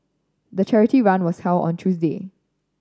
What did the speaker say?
the charity run was held on Tuesday